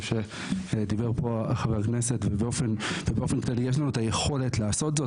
דיבר פה חבר הכנסת ובאופן כללי יש לנו את היכולת לעשות זאת,